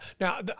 now